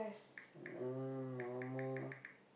uh normal lah